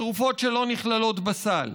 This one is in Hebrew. התרופות שלא נכללות בסל.